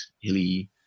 hilly